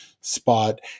spot